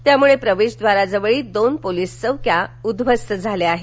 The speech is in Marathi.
त्यामुळे प्रवेशद्वारावरील दोन पोलीस चौक्या उध्वस्त झाल्या आहेत